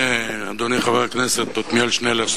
אדוני חבר הכנסת עתניאל שנלר,